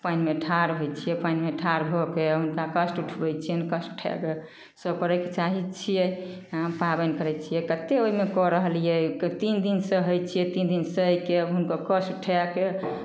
पानिमे ठाढ़ होइ छियै पानिमे ठाढ़ भऽ कऽ हुनका कष्ट उठबै छियनि कष्ट उठाए कऽ सभ करयके चाहै छियै तऽ हम पाबनि करै छियै कतेक ओहिमे कऽ रहलियै तीन दिन सहै छियै तीन दिन सहि कऽ हुनकर कष्ट उठाए कऽ